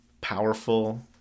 powerful